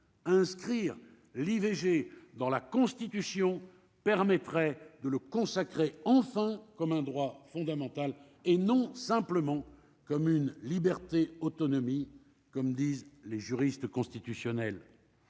inscrire l'IVG dans la Constitution permettrait de le consacrer enfin comme un droit fondamental et non simplement comme une liberté autonomie comme disent les juristes constitutionnelle